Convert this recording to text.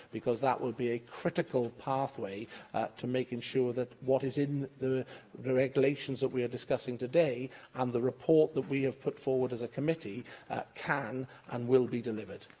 because that would be a critical pathway to making sure that what is in the regulations that we are discussing today and the report that we have put forward as a committee can and will be delivered.